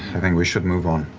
i think we should move on.